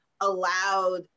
allowed